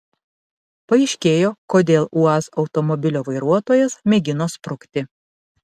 paaiškėjo kodėl uaz automobilio vairuotojas mėgino sprukti